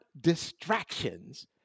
distractions